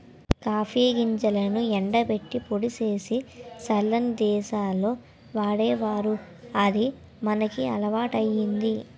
copy గింజలను ఎండబెట్టి పొడి సేసి సల్లని దేశాల్లో వాడేవారు అది మనకి అలవాటయ్యింది